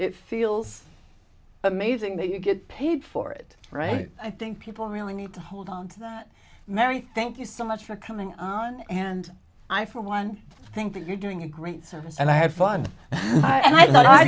it feels amazing that you get paid for it right i think people really need to hold on to that mary thank you so much for coming on and i for one think that you're doing a great service and i have fun and i thought i